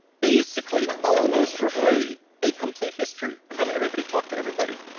basically almost for free, a complete history of how everybody talked to everybody.